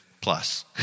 plus